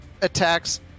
attacks